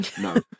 No